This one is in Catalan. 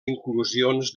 inclusions